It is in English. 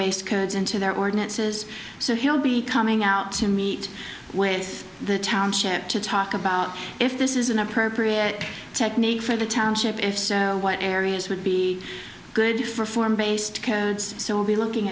based codes into their ordinances so he'll be coming out to meet with the township to talk about if this is an appropriate technique for the township if so what areas would be good for form based codes so we'll be looking